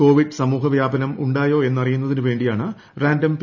Covid സമൂഹ വ്യാപനം ഉണ്ടായോ എന്നറിയുന്നതിനു വേണ്ട്ടിയാണ് റാൻഡം പി